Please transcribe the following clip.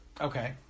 Okay